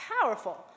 powerful